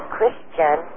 Christian